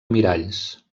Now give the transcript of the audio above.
miralls